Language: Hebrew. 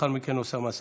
לאחר מכן, אוסאמה סעדי,